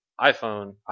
iPhone